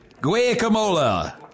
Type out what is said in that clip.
guacamole